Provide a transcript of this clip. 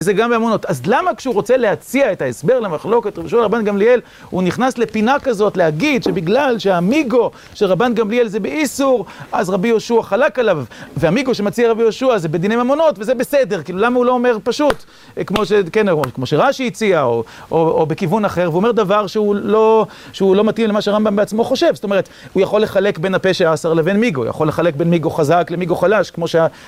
וזה גם באמונות. אז למה כשהוא רוצה להציע את ההסבר, למחלוקת רבי יהודה רבן גמליאל הוא נכנס לפינה כזאת להגיד שבגלל שהמיגו שרבן גמליאל זה באיסור אז רבי יהושוע חלק עליו. והמיגו שמציע רבי יהושוע זה מדינים אמונות וזה בסדר, כאילו למה הוא לא אומר פשוט כמו שרשי הציע או בכיוון אחר, והוא אומר דבר שהוא לא שהוא לא מתאים למה שרמבן בעצמו חושב. זאת אומרת הוא יכול לחלק בין הפשע העשר לבין מיגו, יכול לחלק בין מיגו חזק למיגו חלש, כמו שה...